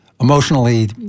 emotionally